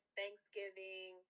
Thanksgiving